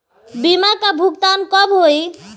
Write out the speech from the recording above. बीमा का भुगतान कब होइ?